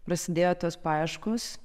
prasidėjo tos paieškos